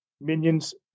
minions